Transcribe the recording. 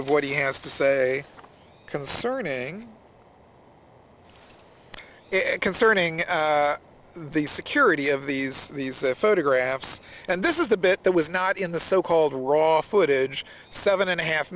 of what he has to say concerning concerning the security of these these photographs and this is the bit that was not in the so called or off footage seven and a half